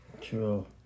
True